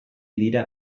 dira